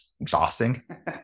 exhausting